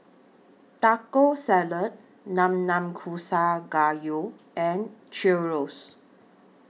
Taco Salad Nanakusa Gayu and Chorizo